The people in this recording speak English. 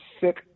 sick